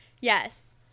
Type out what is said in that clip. Yes